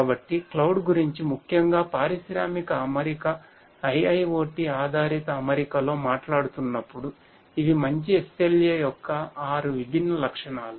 కాబట్టి క్లౌడ్ గురించి ముఖ్యంగా పారిశ్రామిక అమరిక IIoT ఆధారిత అమరికలో మాట్లాడుతున్నప్పుడు ఇవి మంచి SLA యొక్క ఆరు విభిన్న లక్షణాలు